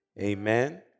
amen